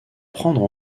prendre